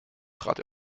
trat